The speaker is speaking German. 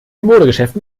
modegeschäften